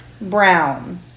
Brown